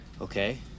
Okay